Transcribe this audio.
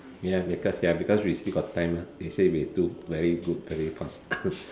ya because ya because we still got time lah they say we do very good very fast